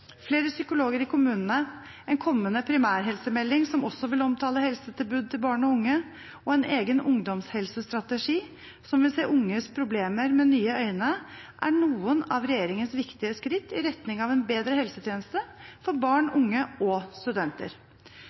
Flere psykologer i kommunene, en kommende primærhelsemelding som også vil omtale helsetilbudet til barn og unge, og en egen ungdomshelsestrategi som vil se unges problemer med nye øyne, er noen av regjeringens viktige skritt i retning av en bedre helsetjeneste for barn, unge og studenter.